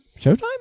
showtime